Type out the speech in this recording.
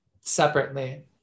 separately